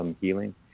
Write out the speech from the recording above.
healing